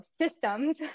systems